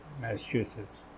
Massachusetts